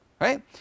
right